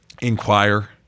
inquire